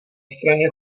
straně